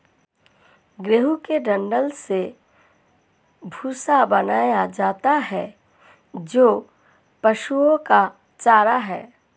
गेहूं के डंठल से भूसा बनाया जाता है जो पशुओं का चारा है